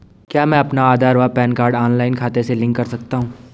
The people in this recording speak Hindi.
क्या मैं अपना आधार व पैन कार्ड ऑनलाइन खाते से लिंक कर सकता हूँ?